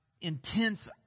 intense